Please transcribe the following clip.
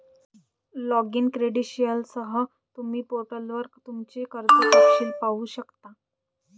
login क्रेडेंशियलसह, तुम्ही पोर्टलवर तुमचे कर्ज तपशील पाहू शकता